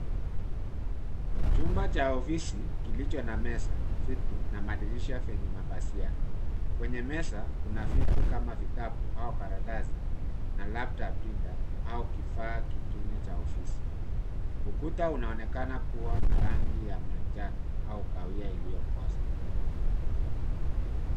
Chumba cha ofisi kilicho na meza, viti na madirisha vyenye mapazia. Kwenye meza kuna vitu kama vitabu au karatasi na labda printer au kifaa kingine cha ofisi. Ukuta unaonekana kuwa na rangi ya manjano au kahawia iliyokoza.